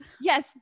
Yes